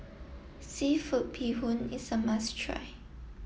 Seafood Bee Hoon is a must try